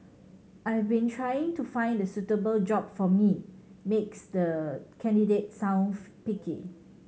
I've been trying to find the suitable job for me makes the candidate sound picky